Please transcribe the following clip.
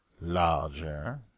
larger